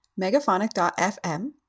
megaphonic.fm